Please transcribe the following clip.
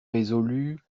résolu